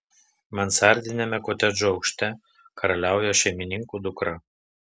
mansardiniame kotedžo aukšte karaliauja šeimininkų dukra